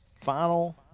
final